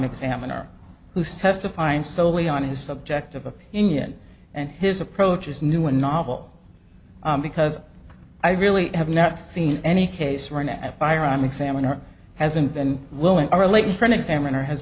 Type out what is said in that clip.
examiner who's testifying solely on his subjective opinion and his approach is new and novel because i really have not seen any case run at firearm examiner hasn't been willing or latent print examiner has